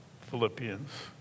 Philippians